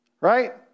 Right